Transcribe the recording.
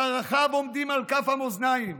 שערכיהם עומדים על כף המאזניים.